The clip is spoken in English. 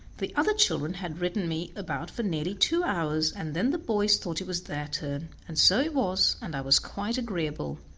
the other children had ridden me about for nearly two hours, and then the boys thought it was their turn, and so it was, and i was quite agreeable.